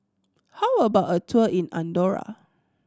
how about a tour in Andorra